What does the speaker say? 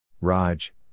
Raj